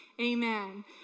Amen